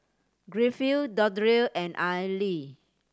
Griffith Dondre and Aili